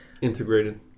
integrated